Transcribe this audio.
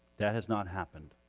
that has not happened